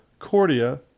cordia